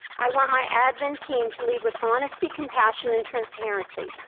i want my admin team to lead with honesty, compassion, and transparency.